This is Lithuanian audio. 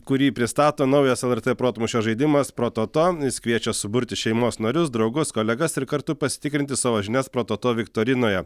kurį pristato naujas lrt protmūšio žaidimas prototo jis kviečia suburti šeimos narius draugus kolegas ir kartu pasitikrinti savo žinias prototo viktorinoje